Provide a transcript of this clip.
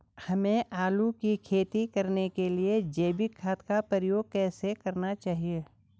हमें आलू की खेती करने के लिए जैविक खाद का उपयोग कैसे करना चाहिए?